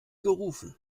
gerufen